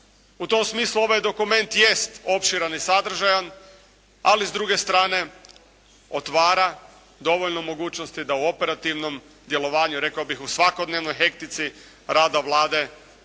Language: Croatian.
U tom smislu ovaj dokument jest opširan i sadržajan ali s druge strane otvara dovoljno mogućnosti da u operativnom djelovanju rekao bih u svakodnevnoj hektici rada Vlade